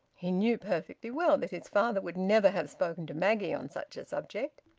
he knew perfectly well that his father would never have spoken to maggie on such a subject.